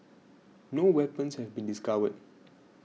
no weapons have been discovered